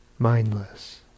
mindless